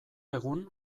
egun